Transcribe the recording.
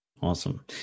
Awesome